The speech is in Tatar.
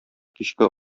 кичке